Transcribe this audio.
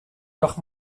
doch